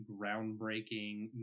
groundbreaking